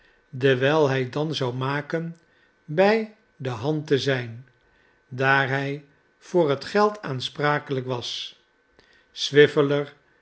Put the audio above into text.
dewijl hij dan zou maken bij de hand te zijn daar hij voor het geld aansprakelijk was